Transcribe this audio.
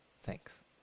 Thanks